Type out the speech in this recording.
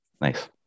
Nice